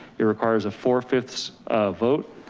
it requires a four-fifths um vote.